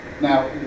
Now